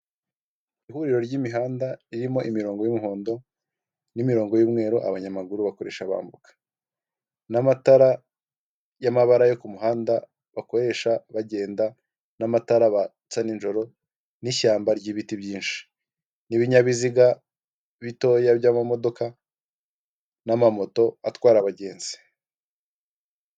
Ihuriro ry'imihanda ririmo imirongo y'umuhondo, n'imirongo y'umweru, abanyamaguru bakoresha bambuka, n'amatara y'amabara yo ku muhanda bakoresha bagenda, n'amatara batsa nijoro n'ishyamba ry'ibiti byinshi, n'ibinyabiziga bitoya by'amamodoka, n'amamoto atwara abagenzi.